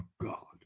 God